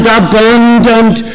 abundant